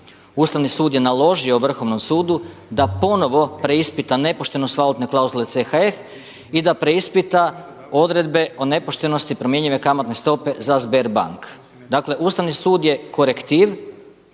Ustavni sud je naložio Vrhovnom sudu da ponovo preispita nepoštenost valutne klauzule CHF i da preispita odredbe o nepoštenosti promjenjivosti kamatne stope za Sberbank. Dakle, Ustavni sud je korektiv